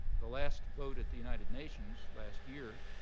the last vote at the united nations, last year,